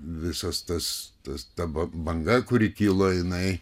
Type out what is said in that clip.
visas tas tas ta ban banga kuri kyla jinai